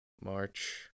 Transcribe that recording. March